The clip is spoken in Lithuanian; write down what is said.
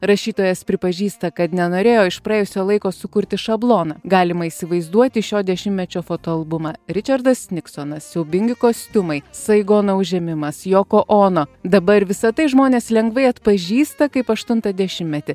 rašytojas pripažįsta kad nenorėjo iš praėjusio laiko sukurti šabloną galima įsivaizduoti šio dešimtmečio fotoalbumą ričardas niksonas siaubingi kostiumai saigono užėmimas joko ono dabar visa tai žmonės lengvai atpažįsta kaip aštuntą dešimtmetį